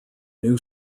new